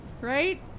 right